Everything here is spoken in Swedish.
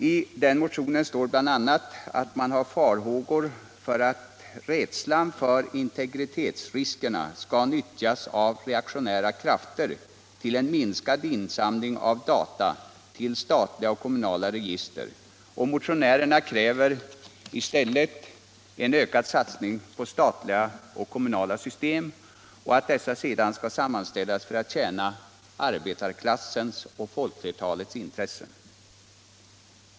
I den motionen står det bl.a. att man har farhågor för att rädslan för integritetsriskerna skall nyttjas av reaktionära krafter till en minskad insamling av data till statliga och kommunala register. Motionärerna kräver i stället en ökad satsning på statliga och kommunala system och att dessa sedan skall sammanställas för att tjäna arbetarklassens och folkflertalets intressen.